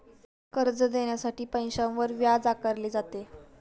कर्ज देण्यासाठी पैशावर व्याज आकारले जाते